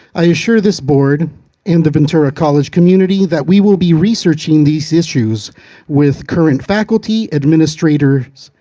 i assure this board and the ventura college community that we will be researching these issues with current faculty, administrators,